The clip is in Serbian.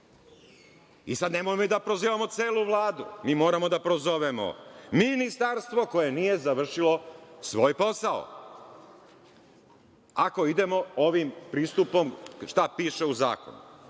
nemojte da prozivamo celu Vladu, moramo da prozovemo Ministarstvo koje nije završilo svoj posao, ako idemo ovim pristupom šta piše u zakonu.